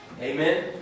Amen